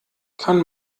kann